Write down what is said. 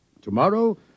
Tomorrow